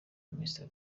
myr